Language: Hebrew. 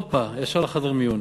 הופה, ישר לחדרי מיון.